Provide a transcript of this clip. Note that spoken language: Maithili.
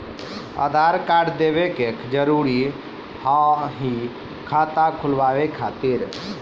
आधार कार्ड देवे के जरूरी हाव हई खाता खुलाए खातिर?